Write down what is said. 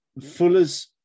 fuller's